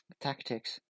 tactics